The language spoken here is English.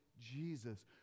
Jesus